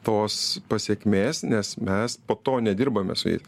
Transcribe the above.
tos pasekmės nes mes po to nedirbame su jais